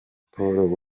paul